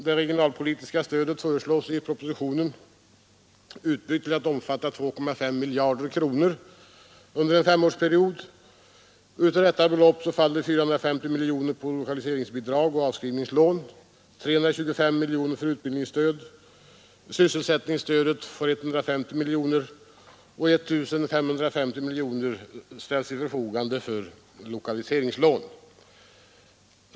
Det regionalpolitiska stödet föreslås i propositionen utbyggt till att omfatta 2,5 miljarder kronor under en femårsperiod. Av detta belopp faller 450 miljoner kronor på lokaliseringsbidrag och avskrivningslån och 325 miljoner kronor på utbildningsstöd, sysselsättningsstödet får 150 miljoner kronor och 1 550 miljoner kronor ställs till förfogande för lokaliseringslån.